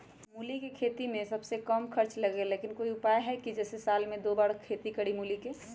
मूली के खेती में सबसे कम खर्च लगेला लेकिन कोई उपाय है कि जेसे साल में दो बार खेती करी मूली के?